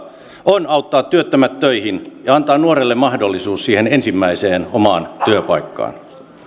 on auttaa työttömät töihin ja antaa nuorille mahdollisuus siihen ensimmäiseen omaan työpaikkaan